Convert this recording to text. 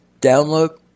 download